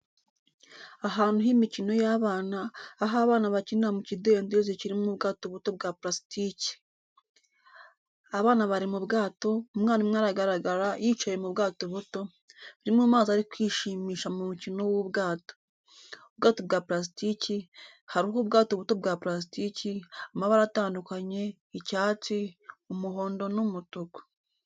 Ahantu h'imikino y'abana, aho abana bakinira mu kidendezi kirimo ubwato buto bwa purasitiki. Abana bari mu bwato, umwana umwe aragaragara yicaye mu bwato buto, buri mu mazi ari kwishimisha mu mukino w’ubwato. Ubwato bwa purasitiki, hariho ubwato buto bwa purasitiki, amabara atandukanye, icyatsi, umuhondo n'umutuku.